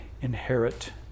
inherit